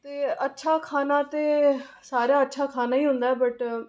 ते अच्छा खाना ते सारा खाना ही होंदा बट